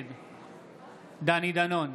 נגד דני דנון,